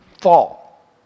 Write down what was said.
fall